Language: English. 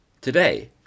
Today